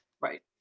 Right